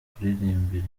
kuririmbira